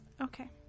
Okay